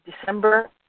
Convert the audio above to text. December